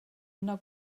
una